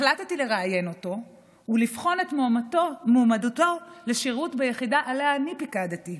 החלטתי לראיין אותו ולבחון את מועמדותו לשירות ביחידה שעליה פיקדתי.